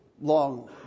long